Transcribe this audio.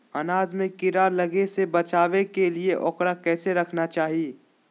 अनाज में कीड़ा लगे से बचावे के लिए, उकरा कैसे रखना चाही?